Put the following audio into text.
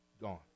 gone